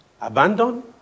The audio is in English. abandon